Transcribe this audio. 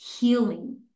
healing